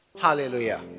Hallelujah